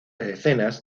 escenas